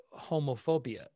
homophobia